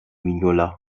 mignola